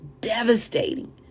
devastating